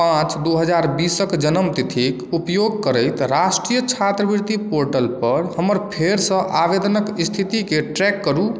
पांच दू हजार बीस जन्मतिथिक उपयोग करैत राष्ट्रिय छात्रवृति पोर्टल पर हमर फेर सऽ आवेदनक स्थितिके ट्रैक करु